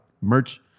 merch